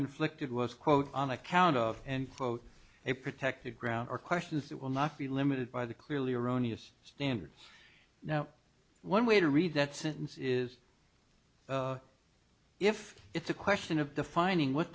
inflicted was quote on account of and quote a protected ground or questions that will not be limited by the clearly erroneous standard now one way to read that sentence is if it's a question of defining what